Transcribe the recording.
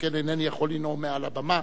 שכן אינני יכול לנאום מעל הבמה.